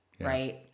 right